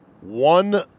one